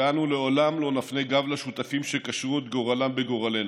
ואנו לעולם לא נפנה גב לשותפים שקשרו את גורלם בגורלנו.